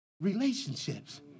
Relationships